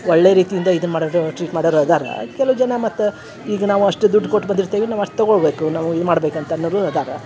ಒಳ್ಳೆಯ ರೀತಿಯಿಂದ ಇದು ಮಾಡೋದು ಟ್ರೀಟ್ ಮಾಡೋರು ಅದಾರ ಕೆಲವು ಜನ ಮತ್ತೆ ಈಗ ನಾವು ಅಷ್ಟು ದುಡ್ಡು ಕೊಟ್ಟು ಬಂದಿರ್ತೀವಿ ನಾವು ಅಷ್ಟು ತಗೊಳ್ಳಬೇಕು ನಾವು ಇದು ಮಾಡ್ಕೊಬೇಕು ಅನ್ನೋರು ಅದಾರ